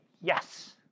yes